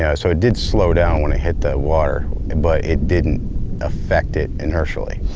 yeah so it did slow down when it hit that water but it didn't affect it inertially.